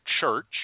church